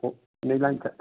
पोइ इन लाइ